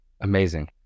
Amazing